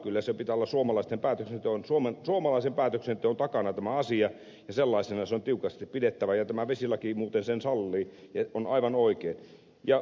kyllä tämä asian pitää olla suomalaisten päätös on suomen tuomaisen suomalaisen päätöksenteon takana ja sellaisena se on tiukasti pidettävä ja tämä vesilaki muuten sen sallii ja se on aivan oikein